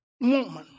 woman